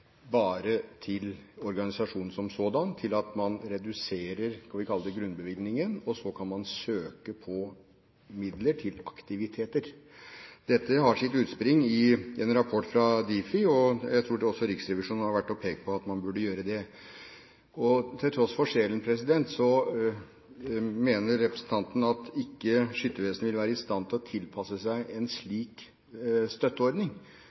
bare til organisasjonen som sådan, til at man reduserer det vi kan kalle grunnbevilgningen, og så kan man søke på midler til aktiviteter. Dette har sitt utspring i en rapport fra Difi. Jeg tror også Riksrevisjonen har vært og pekt på at man burde gjøre det. Tross sjelen – mener representanten at Skyttervesenet ikke vil være i stand til å tilpasse seg en slik støtteordning?